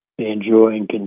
Enjoying